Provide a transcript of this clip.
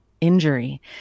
injury